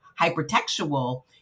hypertextual